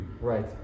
Right